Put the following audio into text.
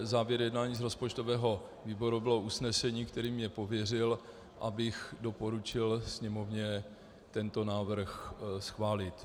Závěr z jednání rozpočtového výboru bylo usnesení, kterým mě pověřil, abych doporučil Sněmovně tento návrh schválit.